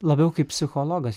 labiau kaip psichologas